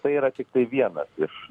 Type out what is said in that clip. tai yra tiktai vienas iš